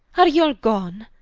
are ye all gone?